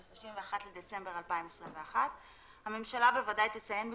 ל-31 בדצמבר 2021. הממשלה בוודאי תציין בפניכם,